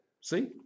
see